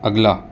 اگلا